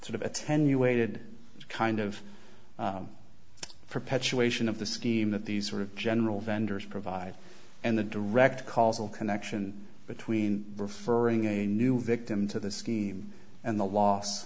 sort of attenuated kind of perpetuation of the scheme that these sort of general vendors provide and the direct causal connection between referring a new victim to the scheme and the loss